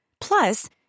Plus